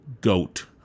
Goat